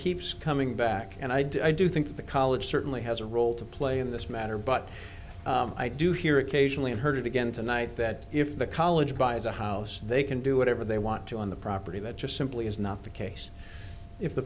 keeps coming back and i do i do think the college certainly has a role to play in this matter but i do hear occasionally i heard it again tonight that if the college buys a house they can do whatever they want to on the property that just simply is not the case if the